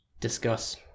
discuss